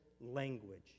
language